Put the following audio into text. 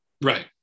right